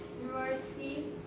university